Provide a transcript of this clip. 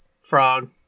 Frog